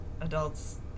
adults